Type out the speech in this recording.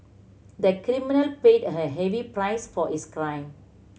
the criminal paid a heavy price for his crime